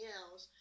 else